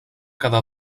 cada